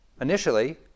Initially